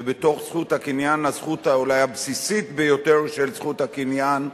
ובתוך זכות הקניין הזכות אולי הבסיסית ביותר של זכות הקניין,